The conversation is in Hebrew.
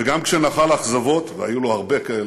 וגם כשנחל אכזבות, והיו לו הרבה כאלה,